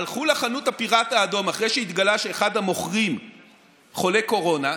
הלכו לחנות הפיראט האדום אחרי שהתגלה שאחד המוכרים חולה קורונה,